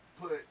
put